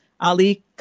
Ali